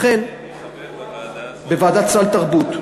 לכן, ניצן, אני חבר בוועדה הזאת, בוועדת סל תרבות.